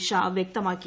ഷാ വൃക്തമാക്കി